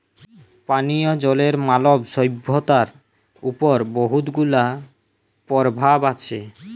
পানীয় জলের মালব সইভ্যতার উপর বহুত গুলা পরভাব আছে